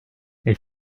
les